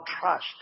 trust